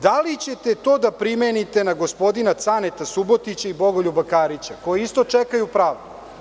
Da li ćete to da primenite na gospodina Caneta Subotića i Bogoljuba Karića koji isto čekaju pravdu?